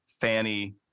Fanny